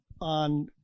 on